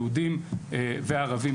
יהודים וערבים,